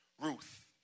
Ruth